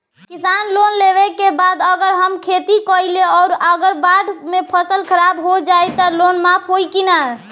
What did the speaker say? किसान लोन लेबे के बाद अगर हम खेती कैलि अउर अगर बाढ़ मे फसल खराब हो जाई त लोन माफ होई कि न?